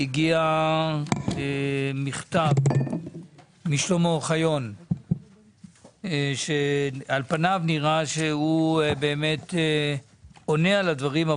הגיע מכתב משלמה אוחיון שעל פניו נראה שהוא עונה על הדברים,